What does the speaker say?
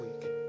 week